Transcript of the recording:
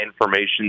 information